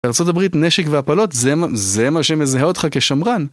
בארה״ב, נשק והפלות? זה מה שמזהה אותך כשמרן?